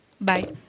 Bye